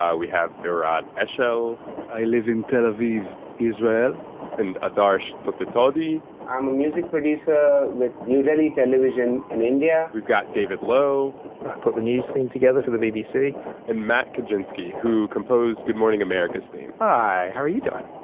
we have irad eschel i live in tel aviv israel and adarsh thottetodi i'm a music producer with new delhi television in india we've got david lowe. i put the news theme together for the bbc and matt kocinski, who composed good morning america's theme hi how are you doing?